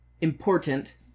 important